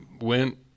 went